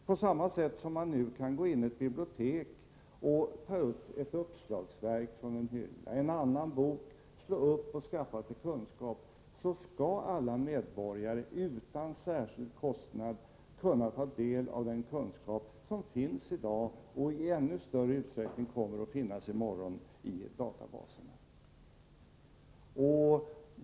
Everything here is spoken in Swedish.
På samma sätt som man nu kan gå in i ett bibliotek och ta fram en uppslagsbok eller annan bok ur en hylla och skaffa sig kunskap skall alla medborgare utan särskild kostnad kunna ta del av den kunskap som redan i dag finns i databaser och i ännu större utsträckning kommer att finnas i morgon.